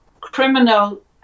criminal